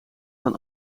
van